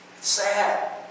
sad